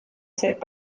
sut